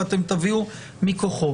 ואתם תביאו מכוחו.